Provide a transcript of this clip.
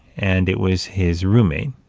and it was his roommate,